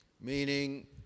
meaning